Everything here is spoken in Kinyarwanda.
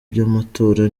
by’amatora